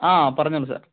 ആ പറഞ്ഞോളൂ സാർ